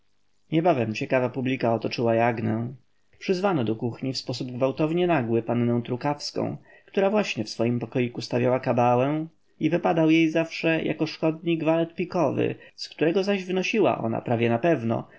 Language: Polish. niebawem ciekawa publika otoczyła jagnę przyzwano do kuchni w sposób gwałtownie nagły pannę trukawską która właśnie w swoim pokoiku stawiała kabałę i wypadał jej zawsze jako szkodnik walet pikowy z którego zaś wnosiła ona prawie napewno